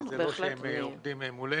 זה לא שהם עובדים מולנו.